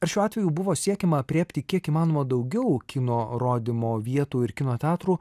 ar šiuo atveju buvo siekiama aprėpti kiek įmanoma daugiau kino rodymo vietų ir kino teatrų